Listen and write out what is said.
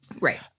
Right